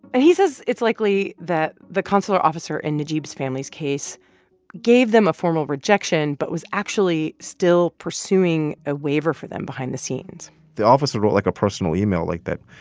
and he says it's likely that the consular officer in najeeb's family's case gave them a formal rejection but was actually still pursuing a waiver for them behind the scenes the officer wrote like a personal email like that.